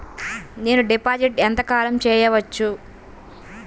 నేను డిపాజిట్ ఎంత కాలం చెయ్యవచ్చు?